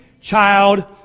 child